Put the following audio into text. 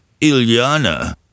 Ilyana